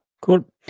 cool